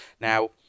Now